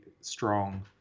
strong